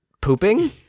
pooping